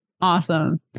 Awesome